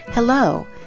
Hello